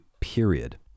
period